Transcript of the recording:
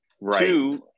Right